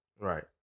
right